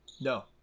no